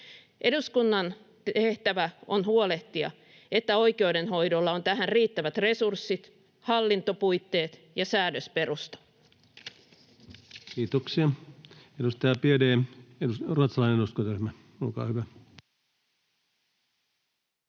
Eduskunnan tehtävä on huolehtia, että oikeudenhoidolla on tähän riittävät resurssit, hallintopuitteet ja säädösperusta. Kiitoksia. — Edustaja Biaudet, ruotsalainen eduskuntaryhmä, olkaa hyvä.